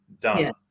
done